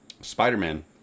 spider-man